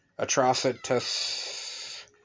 Atrocitus